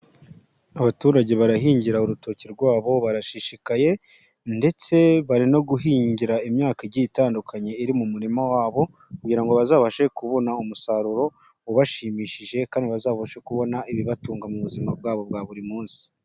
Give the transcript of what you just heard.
Abaturage barahingira urutoki rwabo barashishikaye, ndetse bari no guhingira imyaka igiye itandukanye iri mu murima wabo, kugira ngo bazabashe kubona umusaruro ubashimishije, kandi bazabashe kubona ibibatunga mu buzima bwabo bwa buri munsi.